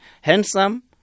Handsome